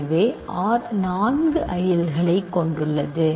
எனவே R நான்கு ஐடியல்களைக் கொண்டுள்ளது